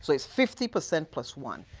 so fifty percent plus one.